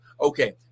Okay